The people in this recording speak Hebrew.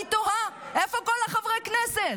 אני תוהה, איפה כל חברי הכנסת?